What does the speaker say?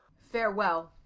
farewell.